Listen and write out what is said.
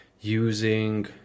using